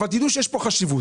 אבל תדעו שיש לזה חשיבות.